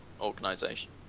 organization